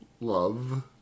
Love